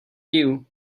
you